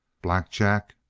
black jack!